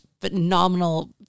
phenomenal